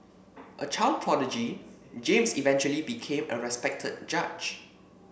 a child prodigy James eventually became a respected judge